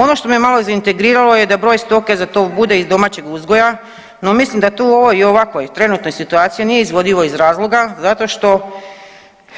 Ono što me malo zaintrigiralo je da broj stoke za tov bude iz domaćeg uzgoja, no mislim da tu u ovoj i ovakvoj trenutnoj situaciji nije izvodivo iz razloga zašto što